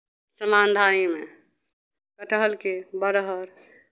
समानधानीमे कटहरके बरहर